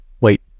Wait